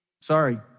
Sorry